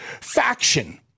faction